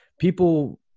people